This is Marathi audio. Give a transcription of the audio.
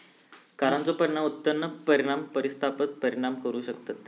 करांचो परिणाम उत्पन्न परिणाम आणि प्रतिस्थापन परिणाम असू शकतत